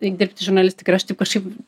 eik dirbti žurnalistiką aš taip kažkaip